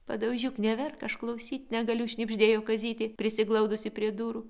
padaužiuk neverk aš klausyt negaliu šnibždėjo kazytė prisiglaudusi prie durų